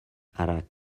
ara